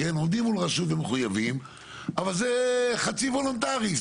אבל זה חצי וולונטרי.